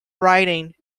writing